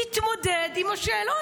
תתמודד עם השאלות.